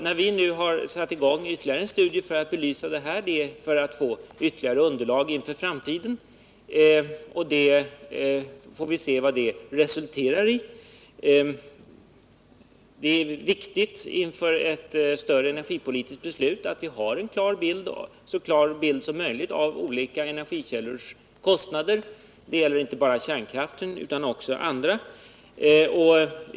När vi nu har satt i gång med ännu en studie för att belysa detta, har det skett för att få fram ytterligare underlag inför framtiden. Vi får se vad detta kommer att resultera i. Inför ett större energipolitiskt beslut är det viktigt att vi har en så klar bild som möjligt av de olika energikällornas kostnader. Det gäller inte bara kärnkraften utan också andra.